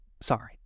sorry